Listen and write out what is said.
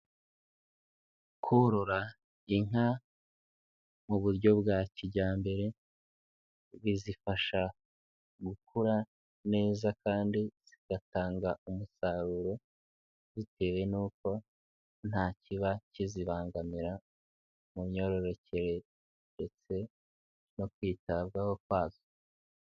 Korora inka mu buryo bwa kijyambere bizifasha gukura neza kandi zigatanga umusaruro, bitewe n'uko nta kiba kizibangamira mu myororokere ndetse no kwitabwaho kwazo.